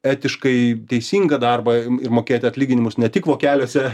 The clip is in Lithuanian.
etiškai teisingą darbą ir mokėti atlyginimus ne tik vokeliuose